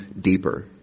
deeper